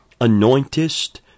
anointest